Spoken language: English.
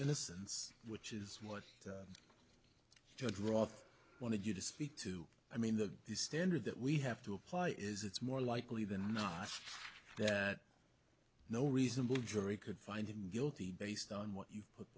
innocence which is more drop wanted you to speak to i mean the standard that we have to apply is it's more likely than not that no reasonable jury could find him guilty based on what you put